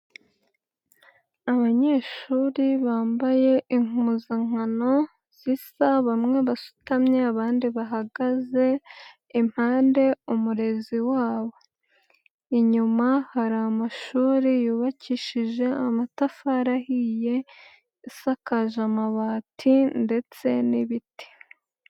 Abanyeshuri bambaye impuzankano zisa, bamwe basutamye abandi bahagaze, impande umurezi wabo. Inyuma hari amashuri yubakishije amatafari ahiye, isakaje amabati ndetse n'ibiti.